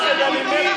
למה, גם אני.